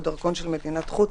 או דרכון של מדינת חוץ